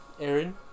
Aaron